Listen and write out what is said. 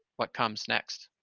what comes next.